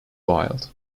wild